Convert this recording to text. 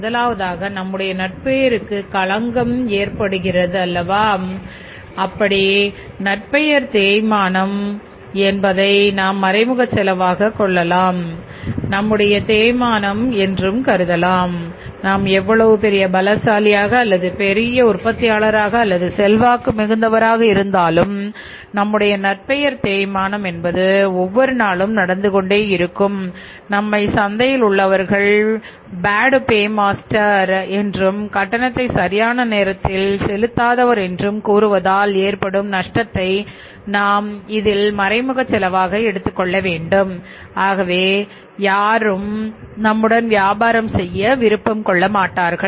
முதலாவதாக நம்முடைய நற்பெயருக்கு களங்கம் ஏற்படுவது நம்முடைய நற்பெயர் தேய்மானம் என்று கருதலாம் நாம் எவ்வளவு பெரிய பலசாலியாக அல்லது பெரிய உற்பத்தியாளராக அல்லது செல்வாக்கு மிகுந்தவராக இருந்தாலும் நம்முடைய நற்பெயர் தேய்மானம் என்பது ஒவ்வொரு நாளும் நடந்து கொண்டே இருக்கும் நம்மை சந்தையில் உள்ளவர்கள் பேட் பேமாஸ்டர் என்றும் கட்டணத்தை சரியான நேரத்தில் செலுத்தாதவர் என்றும் கூறுவதால் ஏற்படும் நஷ்டத்தை இதில் நாம் மறைமுக செலவாக எடுத்துக் கொள்ள வேண்டும் ஆகவே யாரும் நம்முடன் வியாபாரம் செய்ய விருப்பம் கொள்ள மாட்டார்கள்